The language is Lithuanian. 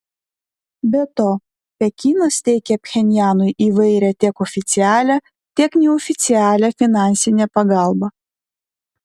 be to pekinas teikia pchenjanui įvairią tiek oficialią tiek neoficialią finansinę pagalbą